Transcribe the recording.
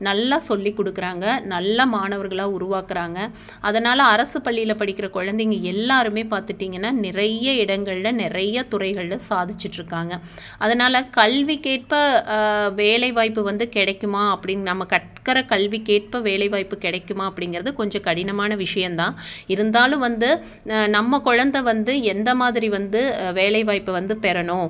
நல்லா சொல்லிக் கொடுக்குறாங்க நல்ல மாணவர்களாக உருவாக்கிறாங்க அதனால் அரசுப் பள்ளியில் படிக்கிற குழந்தைங்க எல்லோருமே பார்த்திட்டிங்கனா நிறைய இடங்களில் நிறைய துறைகளில் சாதிச்சிட்டுருக்காங்க அதனால் கல்விக்கேற்ப வேலைவாய்ப்பு வந்து கிடைக்குமா அப்படின்னு நம்ம கற்கிற கல்விக்கேற்ப வேலைவாய்ப்பு கிடைக்குமா அப்டிங்கிறது கொஞ்சம் கடினமான விஷயந்தான் இருந்தாலும் வந்து நம்ம கொழந்தை வந்து எந்த மாதிரி வந்து வேலைவாய்ப்பை வந்து பெறணும்